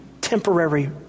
temporary